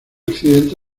accidente